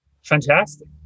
fantastic